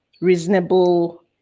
reasonable